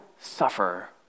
suffer